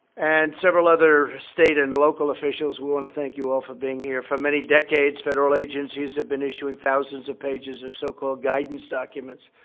and several other state and local officials. we want to thank you all for being here. for many decades, federal agencies have been issuing thousands of pages of so-called guidance documents